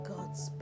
God's